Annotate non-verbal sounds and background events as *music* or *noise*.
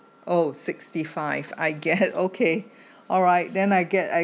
oh sixty-five I get *laughs* okay alright then I get I